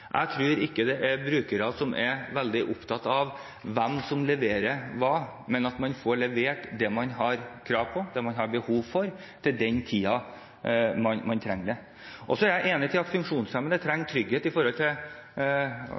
Jeg tror ikke det er brukere som er veldig opptatt av hvem som leverer hva, de er opptatt av at de får levert det de har krav på, det de har behov for, til den tiden de trenger det. Jeg er enig i at funksjonshemmede trenger trygghet